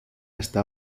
está